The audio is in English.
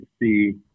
see